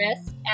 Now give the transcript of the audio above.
wrist